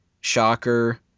Shocker